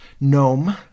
Gnome